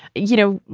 you know,